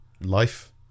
life